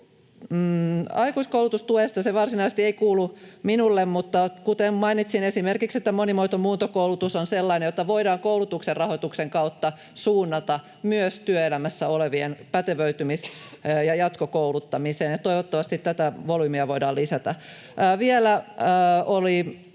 aikuiskoulutustuesta. Se varsinaisesti ei kuulu minulle, mutta kuten mainitsin, niin esimerkiksi monimuoto-, muuntokoulutus on sellainen, jota voidaan koulutuksen rahoituksen kautta suunnata myös työelämässä olevien pätevöitymis- ja jatkokouluttamiseen, ja toivottavasti tätä volyymia voidaan lisätä. [Antti